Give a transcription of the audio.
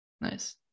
nice